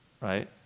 right